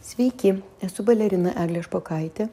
sveiki esu balerina eglė špokaitė